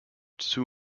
two